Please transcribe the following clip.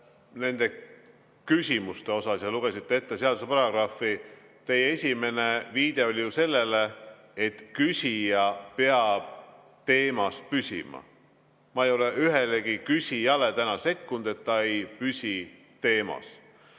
nende küsimuste kohta, kui lugesite ette seaduse paragrahvi: teie esimene viide oli ju sellele, et küsija peab püsima teemas. Ma ei ole ühelegi küsijale täna öelnud, et ta ei püsi teemas.